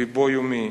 בבוא יומי.